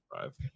five